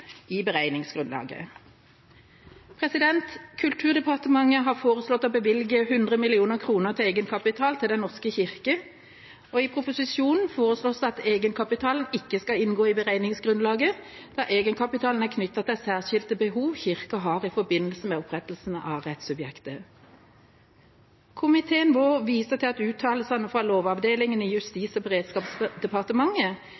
i beregningsgrunnlaget. Kulturdepartementet har foreslått å bevilge 100 mill. kr til egenkapital til Den norske kirke. I proposisjonen foreslås det at egenkapitalen ikke skal inngå i beregningsgrunnlaget, da egenkapitalen er knyttet til særskilte behov Kirken har i forbindelse med opprettelsen av rettssubjektet. Komiteen vår viser til uttalelsene fra Lovavdelingen i